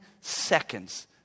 seconds